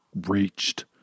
reached